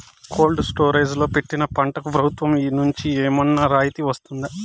Cold storage లో పెట్టిన పంటకు ప్రభుత్వం నుంచి ఏమన్నా రాయితీ వస్తుందా?